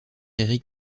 éric